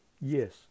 Yes